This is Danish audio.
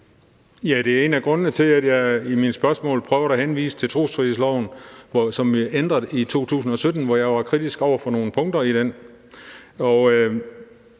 Det er en af grundene til, at jeg i mine spørgsmål prøvede at henvise til trossamfundsloven, som blev ændret i 2017, og her var jeg kritisk over for nogle punkter. Imens